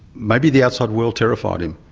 maybe the outside world terrified him,